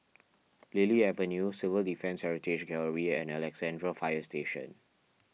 Lily Avenue Civil Defence Heritage Gallery and Alexandra Fire Station